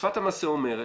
שפת המעשה אומרת,